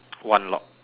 one lock